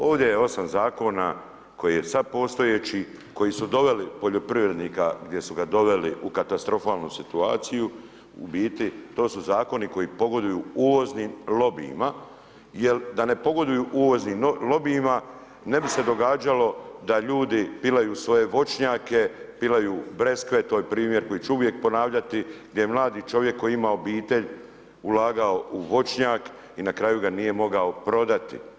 Ovdje je 8 zakona koji je sad postojeći, koji su doveli poljoprivrednika gdje su ga doveli u katastrofalnu situaciju, u biti to su zakoni koji pogoduju uvoznim lobijima jer da ne pogoduju uvoznim lobijima ne bi se događalo da ljudi pilaju svoje voćnjake, pilaju breskve, to je primjer koji ću uvijek ponavljati, gdje mladi čovjek koji ima obitelj ulagao u voćnjak i na kraju ga nije mogao prodati.